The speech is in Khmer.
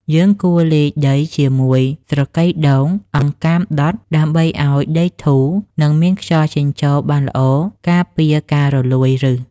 យើងគួរលាយដីជាមួយ ស្រកីដូង អង្កាមដុត ដើម្បីឱ្យដីធូរ និងមានខ្យល់ចេញចូលបានល្អ ការពារការរលួយឫស។